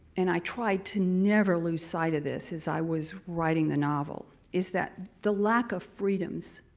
and i tried to never lose sight of this as i was writing the novel, is that the lack of freedoms